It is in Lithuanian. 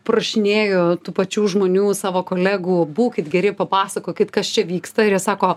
prašinėju tų pačių žmonių savo kolegų būkit geri papasakokit kas čia vyksta ir jie sako